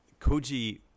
Koji